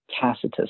Tacitus